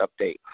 update